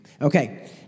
Okay